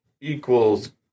equals